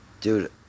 dude